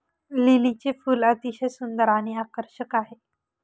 लिलीचे फूल अतिशय सुंदर आणि आकर्षक आहे